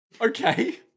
Okay